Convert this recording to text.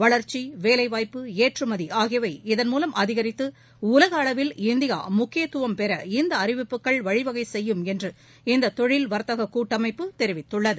வளர்ச்சி வேலைவாய்ப்பு ஏற்றுமதி ஆகியவை இதன்மூவம் அதிகரித்து உலக அளவில் இந்தியா முக்கியத்துவம் பெற இந்த அறிவிப்புகள் வழிவகை செய்யும் என்று இந்திய தொழில் வர்த்தகக் கூட்டமைப்பு தெரிவித்துள்ளது